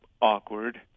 awkward